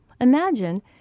Imagine